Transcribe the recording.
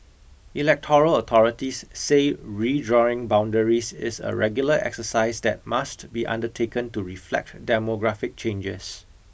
electoral authorities say redrawing boundaries is a regular exercise that must be undertaken to reflect demographic changes